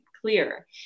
clear